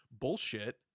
Bullshit